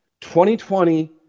2020